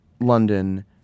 London